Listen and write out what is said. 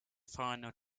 final